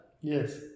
Yes